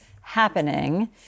happening